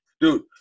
Dude